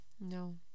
No